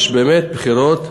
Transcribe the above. יש באמת בחירות,